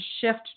shift